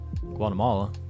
Guatemala